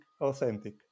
authentic